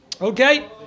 Okay